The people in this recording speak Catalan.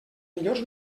millors